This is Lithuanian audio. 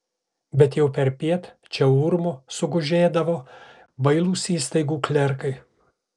bet jau perpiet čia urmu sugužėdavo bailūs įstaigų klerkai